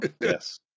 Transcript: Yes